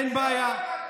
אין בעיה.